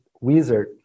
wizard